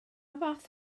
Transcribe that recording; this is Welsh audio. fath